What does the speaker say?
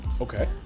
Okay